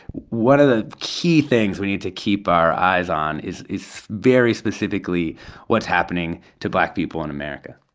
one of the key things we need to keep our eyes on is is very specifically what's happening to black people in america